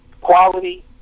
quality